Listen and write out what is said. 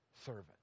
servant